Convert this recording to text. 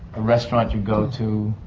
restaurants you go to.